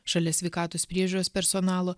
šalia sveikatos priežiūros personalo